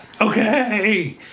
Okay